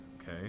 okay